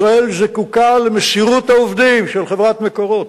ישראל זקוקה למסירות העובדים של חברת "מקורות".